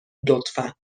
لطفا